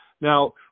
Now